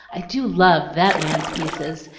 i do love that man's pieces.